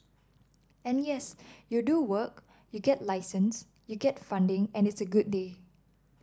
and yes you do work you get a license you get funding and it's a good day